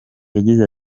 yagize